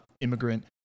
immigrant